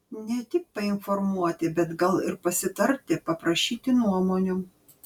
ne tik painformuoti bet gal ir pasitarti paprašyti nuomonių